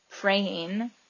praying